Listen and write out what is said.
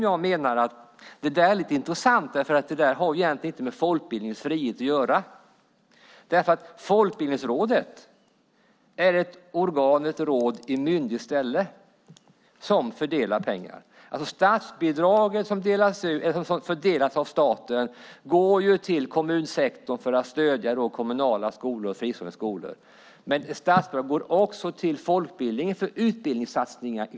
Jag menar att det egentligen inte har med folkbildningens frihet att göra. Folkbildningsrådet är nämligen ett organ i myndighets ställe som fördelar pengar. Statsbidrag går till kommunsektorn för att stödja kommunala skolor och fristående skolor. Statbidrag går även till folkbildningen för utbildningssatsningar.